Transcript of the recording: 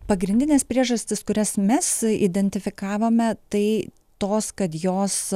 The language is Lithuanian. pagrindinės priežastys kurias mes identifikavome tai tos kad jos